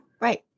right